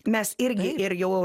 mes irgi ir jau